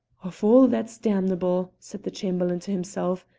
of all that's damnable, said the chamberlain to himself,